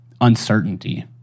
uncertainty